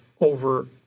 over